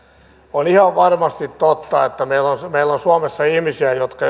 on ihan varmasti totta että meillä on meillä on suomessa ihmisiä jotka